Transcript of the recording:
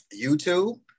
YouTube